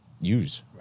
use